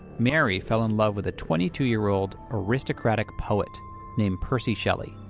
mary fell in love with a twenty two year old, aristocratic poet named percy shelley.